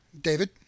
David